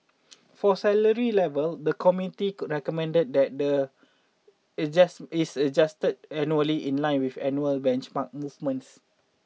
for salary level the committee recommended that the adjust is adjusted annually in line with annual benchmark movements